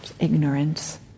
ignorance